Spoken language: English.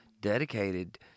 dedicated